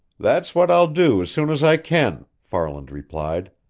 that's what i'll do as soon as i can, farland replied.